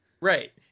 right